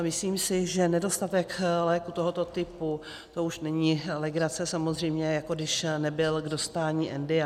Myslím si, že nedostatek léků tohoto typu, to už není legrace, samozřejmě jako když nebyl k dostání Endiaron.